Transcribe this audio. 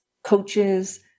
Coaches